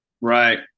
Right